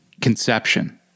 conception